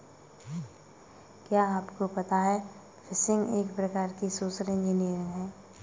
क्या आपको पता है फ़िशिंग एक प्रकार की सोशल इंजीनियरिंग है?